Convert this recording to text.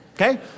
okay